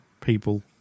people